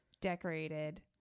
decorated